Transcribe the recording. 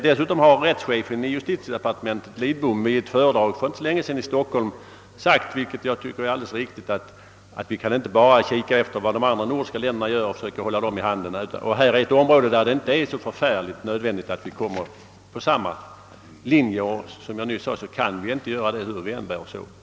Dessutom har rättschefen i justitiedepartementet Lidbom i ett föredrag i Stockholm för inte så länge sedan sagt, vilket jag tycker är alldeles riktigt, att vi inte bara kan ta hänsyn till vad de andra nordiska länderna gör och försöka hålla dem i handen på ett område där det inte är så förfärligt nödvändigt att vi kommer på samma linje. För övrigt kan vi, som jag sade, inte göra det hur vi än bär oss åt.